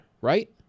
right